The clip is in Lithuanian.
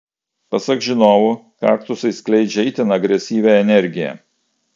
pasak žinovų kaktusai skleidžia itin agresyvią energiją